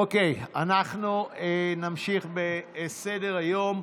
אוקיי, אנחנו נמשיך בסדר-היום.